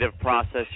process